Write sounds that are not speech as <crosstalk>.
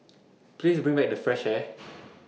please bring back the fresh air <noise>